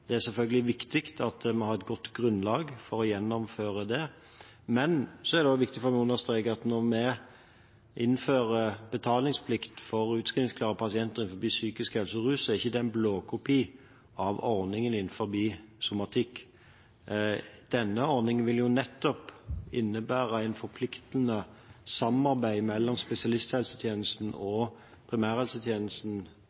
Det er selvfølgelig viktig at vi har et godt grunnlag for å gjennomføre det. Så er det også viktig å understreke at når vi innfører betalingsplikt for utskrivningsklare pasienter innen psykisk helse og rus, er ikke det en blåkopi av ordningen innen somatikk. Denne ordningen vil nettopp innebære et forpliktende samarbeid mellom spesialisthelsetjenesten